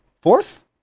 fourth